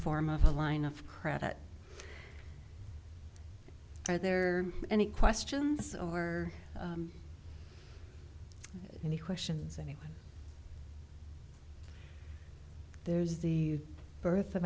form of a line of credit are there any questions or any questions any there's the birth of